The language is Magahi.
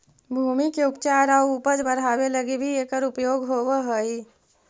भूमि के उपचार आउ उपज बढ़ावे लगी भी एकर उपयोग होवऽ हई